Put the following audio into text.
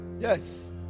yes